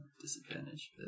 Disadvantage